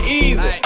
easy